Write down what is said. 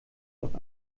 doch